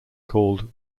called